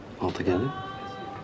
Altogether